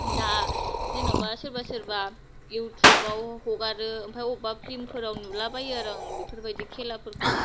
जेनेबा सोरबा सोरबा इउटिउब आव हगारो आमफ्राय अबएबा फ्लिमफ्राव नुलाबायो आरो आं बेफोरबायदि खेलफोरखौ